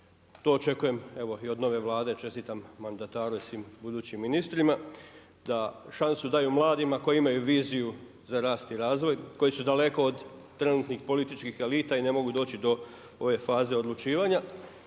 To očekujem evo i od nove Vlade. Čestitam mandataru i svim budućim ministrima da šansu daju mladima koji imaju viziju za rast i razvoj, koji su daleko od trenutnih političkih elita i ne mogu doći do ove faze odlučivanja